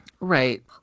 right